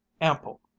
ample